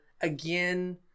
again